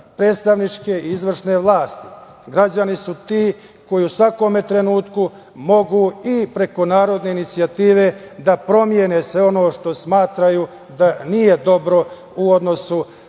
predstavničke i izvršne vlasti. Građani su ti koji u svakom trenutku mogu i preko narodne inicijative da promene sve ono što smatraju da nije dobro u odnosu